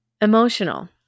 emotional